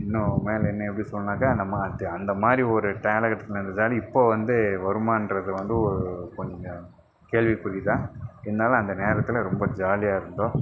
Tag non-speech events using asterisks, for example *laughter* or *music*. இன்னும் மேலே இன்னும் எப்படி சொல்லணுனாக்கா நம்ம அந்தமாதிரி ஒரு *unintelligible* இருந்ததால் இப்போ வந்து வருமானம்றது வந்து ஒரு கொஞ்சம் கேள்வி குறிதான் இருந்தாலும் அந்த நேரத்தில் ரொம்ப ஜாலியாகருந்தோம்